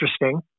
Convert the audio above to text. interesting